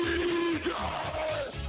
Jesus